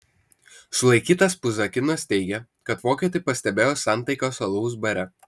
sulaikytas puzakinas teigė kad vokietį pastebėjo santaikos alaus bare